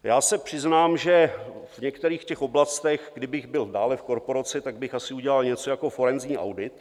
Já se přiznám, že v některých těch oblastech, kdybych byl dále v korporaci, tak bych asi udělal něco jako forenzní audit.